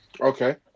Okay